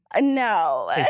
No